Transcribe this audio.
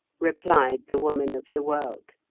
replied the woman of the world.